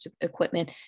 equipment